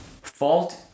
fault